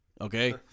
Okay